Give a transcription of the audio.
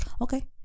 Okay